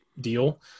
deal